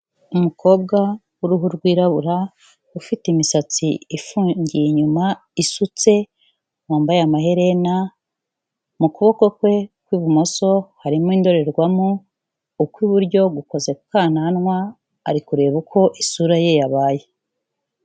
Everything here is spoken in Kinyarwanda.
Umukobwa w'uruhu rwirabura ufite imisatsi ifungiye inyuma isutse, wambaye amaherena mu kuboko kwe kw'ibumoso harimo indorerwamo ukw'iburyo gukoze ku kananwa ari kureba uko isura ye yabaye.